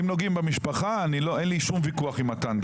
אם נוגעים במשפחה אין לי שום ויכוח עם מתן,